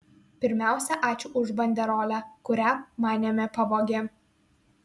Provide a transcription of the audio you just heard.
pirmiausia ačiū už banderolę kurią manėme pavogė